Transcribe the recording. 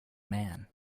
man